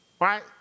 Right